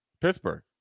Pittsburgh